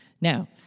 Now